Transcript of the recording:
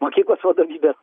mokyklos vadovybės